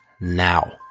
now